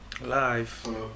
Live